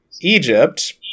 Egypt